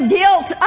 guilt